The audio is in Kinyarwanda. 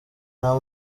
nta